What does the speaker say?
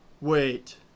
Wait